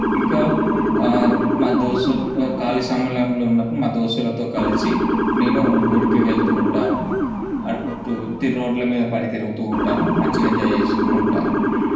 ఇంకా మా దోస్తులు ఖాళీ సమయాలలో ఉన్నప్పుడు మా దోస్తులతో కలిసి నేను గుడికి వెళుతూ ఉంటాను అటు తి రోడ్ల మీద పడి తిరుగుతూ ఉంటాను మంచిగా ఎంజాయ్ చేస్తూ ఉంటాను